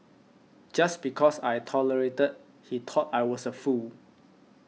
just because I tolerated he thought I was a fool